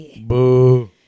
Boo